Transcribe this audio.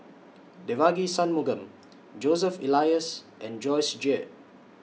Devagi Sanmugam Joseph Elias and Joyce Jue